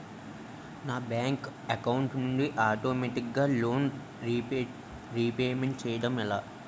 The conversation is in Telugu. నా బ్యాంక్ అకౌంట్ నుండి ఆటోమేటిగ్గా లోన్ రీపేమెంట్ చేయడం ఎలా?